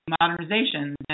modernization